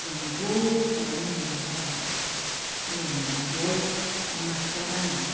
जोंहाथ' फिसाज्ला उन्दैया बारा हालेवनो मोनाखैहाय दा मास्टार जानाया